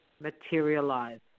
materialize